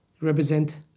represent